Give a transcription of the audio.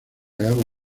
gama